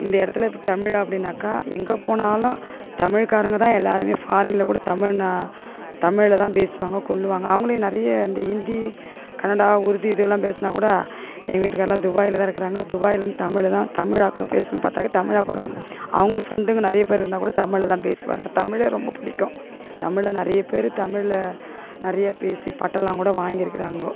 இந்த இடத்துல இப்போ தமிழ் அப்படின்னாக்கா எங்கே போனாலும் தமிழ்காரங்கதான் எல்லோருமே ஃபாரீனில் கூட தமிழுன்னா தமிழில் தான் பேசுவாங்க கொள்வாங்க அவங்களே நிறைய இந்த ஹிந்தி கன்னடா உருது இது எல்லாம் பேசினா கூட எங்கள் வீட்டுக்கார்லாம் துபாயில் தான் இருக்கிறாங்க துபாய்லேந்து தமிழில் தான் தமிழ் ஆளுங்க பேசுகிறவங்க பார்த்தாக்க தமிழாளு கூட அவங்களும் ஃப்ரெண்டுங்க நிறைய பேர் இருந்தால் கூட தமிழில் தான் பேசுவாங்க தமிழே ரொம்ப பிடிக்கும் தமிழில் நிறைய பேர் தமிழில் நிறைய பேசி பட்டம்லாம் கூட வாங்கியிருக்கிறாங்கோ